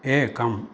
एकम्